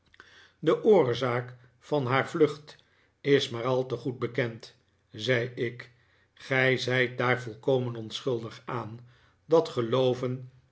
de oorzaak van haar vlucht is maar al te goed bekend zei ik gij zijt daar volkomen onschuldig aan dat gelooven